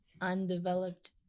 undeveloped